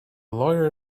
lawyer